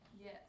Yes